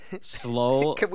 slow